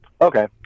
Okay